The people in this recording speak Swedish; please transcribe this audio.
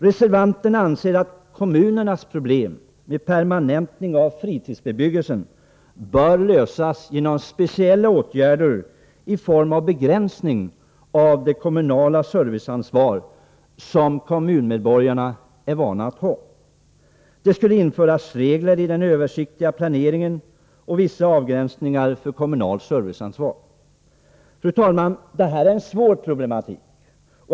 Reservanterna anser att kommunernas problem med permanentning av fritidsbebyggelsen bör lösas genom speciella åtgärder i form av begränsning av det kommunala serviceansvar som kommunmedborgarna är vana att ha. Det skulle införas regler i den översiktliga planeringen och vissa avgränsningar för kommunalt serviceansvar. Det här är en svår problematik.